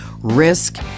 risk